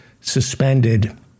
suspended